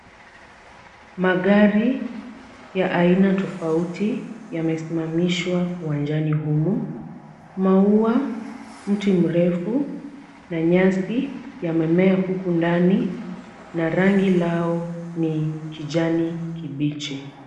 Magari ya aina tofauti yamesimamishwa uwanjani huu. Maua, mti mrefu na nyasi yamemea huku ndani na rangi lao ni kijani kibichi.